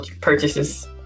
purchases